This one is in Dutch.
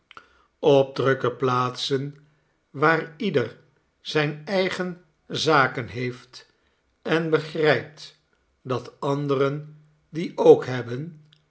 drukke plaatsen waar ieder zijne eigene zaken heeft en begrijpt dat anderen die ook hebben